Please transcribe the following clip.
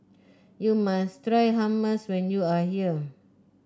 you must try Hummus when you are here